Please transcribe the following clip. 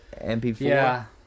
MP4